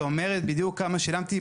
בדיוק כמה שילמתי,